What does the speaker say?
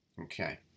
Okay